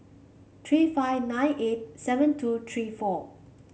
three five nine eight seven two three four